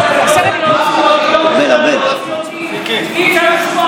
תוציא אותי, כי אי-אפשר לשמוע